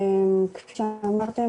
כפי שאמרת,